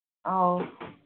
ꯑꯧ